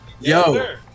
Yo